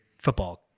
football